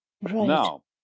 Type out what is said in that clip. now